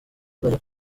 uzajya